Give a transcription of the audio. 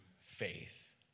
faith